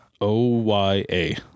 O-Y-A